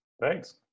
Thanks